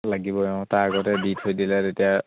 লাগিবই অঁ তাৰ আগতে দি থৈ দিলে তেতিয়া